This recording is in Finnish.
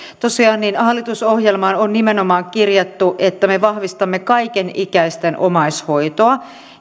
tosiaan hallitusohjelmaan on nimenomaan kirjattu että me vahvistamme kaikenikäisten omaishoitoa